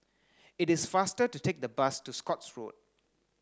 it is faster to take the bus to Scotts Road